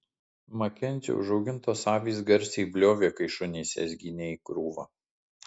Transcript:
makenzio užaugintos avys garsiai bliovė kai šunys jas ginė į krūvą